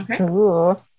Okay